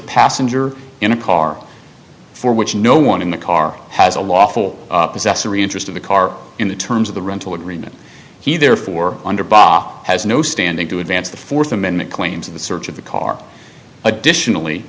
passenger in a car for which no one in the car has a lawful possessory interest in the car in the terms of the rental agreement he therefore underbox has no standing to advance the fourth amendment claims in the search of the car additionally